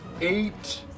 Eight